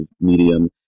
medium